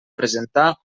presentar